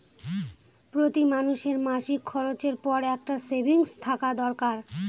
প্রতি মানুষের মাসিক খরচের পর একটা সেভিংস থাকা দরকার